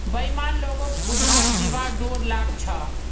बेईमान लोगक उधार दिबार डोर लाग छ